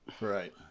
Right